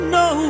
no